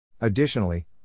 Additionally